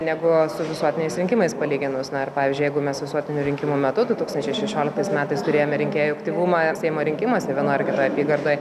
negu su visuotiniais rinkimais palyginus na ir pavyzdžiui jeigu mes visuotinių rinkimų metu du tūkstančiai šešioliktais metais turėjome rinkėjų aktyvumą seimo rinkimuose vienoj ar kitoj apygardoj